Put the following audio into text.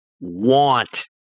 want